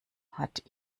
hat